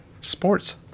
sports